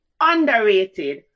underrated